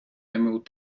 emerald